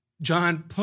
John